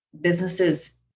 businesses